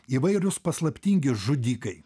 įvairūs paslaptingi žudikai